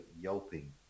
yelping